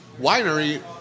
Winery